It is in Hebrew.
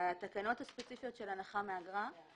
בתקנות הספציפיות של הנחה או פטור מתשלום